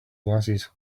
glasses